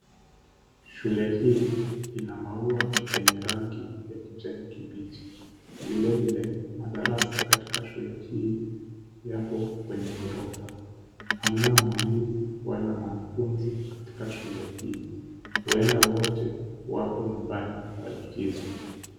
Shule hii ina maua yenye rangi ya kijani kibichi vile vile madarasa katika shule hii yapo kwenye ghorofa, hamna mwalimu wala mwanafunzi katika shule hii, huenda wote wapo nyumbani kwa likizo.